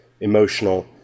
emotional